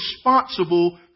responsible